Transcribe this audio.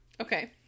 Okay